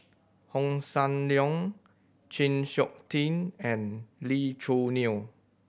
Hossan Leong Chng Seok Tin and Lee Choo Neo